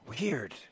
weird